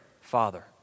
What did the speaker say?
Father